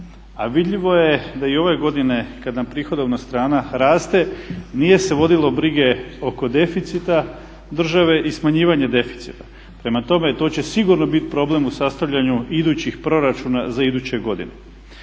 A vidljivo je da i ove godine kad nam prihodovna strana raste nije se vodilo brige oko deficita države i smanjivanje deficita. Prema tome, to će sigurno biti problem u sastavljanju idućih proračuna za iduće godine.